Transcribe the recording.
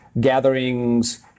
gatherings